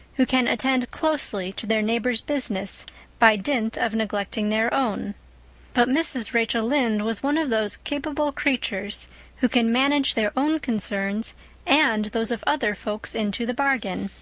who can attend closely to their neighbor's business by dint of neglecting their own but mrs. rachel lynde was one of those capable creatures who can manage their own concerns and those of other folks into the bargain.